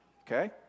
okay